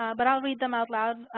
but i'll read them out loud.